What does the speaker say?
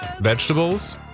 vegetables